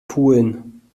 pulen